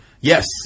Yes